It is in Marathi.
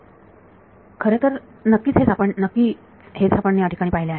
विद्यार्थी खरं तर नक्कीच हेच आपण याठिकाणी पाहिले आहे